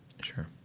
Sure